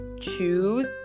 choose